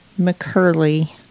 McCurley